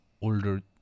older